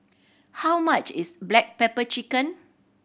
how much is black pepper chicken